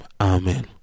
amen